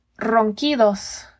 Ronquidos